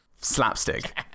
slapstick